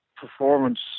Performance